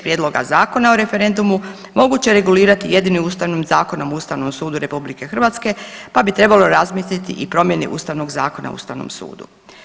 Prijedloga zakona o referendumu moguće regulirati jedino Ustavnim zakonom o Ustavom sudu RH pa bi trebalo razmisliti i o promjeni Ustavnog zakona o Ustavnom sudu.